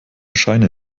scheine